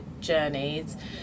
journeys